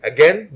Again